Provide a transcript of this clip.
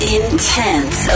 intense